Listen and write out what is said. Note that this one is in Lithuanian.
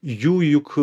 jų juk